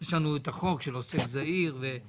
יש לנו את החוק של עוסק זעיר וצריך